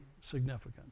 significant